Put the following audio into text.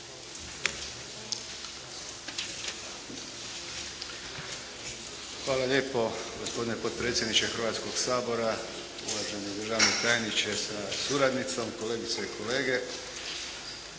Hvala lijepo gospodine potpredsjedniče Hrvatskog sabora, uvaženi državni tajniče sa suradnicom, kolegice i kolege.